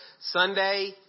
Sunday